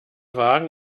wagen